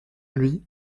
lui